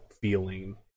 feeling